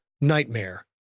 nightmare